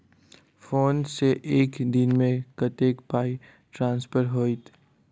Phone सँ एक दिनमे कतेक पाई ट्रान्सफर होइत?